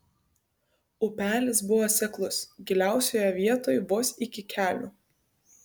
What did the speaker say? upelis buvo seklus giliausioje vietoj vos iki kelių